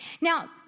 Now